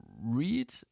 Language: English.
read